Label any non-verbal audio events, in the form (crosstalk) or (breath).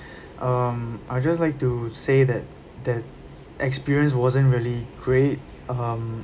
(breath) um I just like to say that that experience wasn't really great um